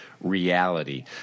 reality